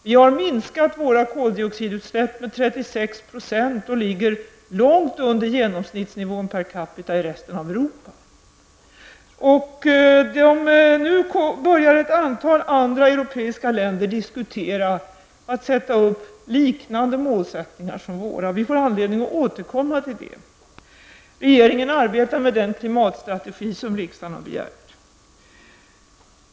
Vi har minskat våra koldioxidutsläpp med 36 % och ligger långt under genomsnittsnivån per capita i resten av Nu börjar ett antal andra europeiska länder att diskutera att sätta upp målsättningar liknande våra. Vi får anledning att återkomma till det. Regeringen arbetar med den klimatstrategi som riksdagen har begärt.